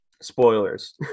spoilers